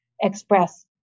express